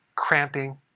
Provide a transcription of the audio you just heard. Cramping